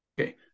Okay